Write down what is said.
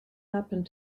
happened